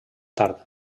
tard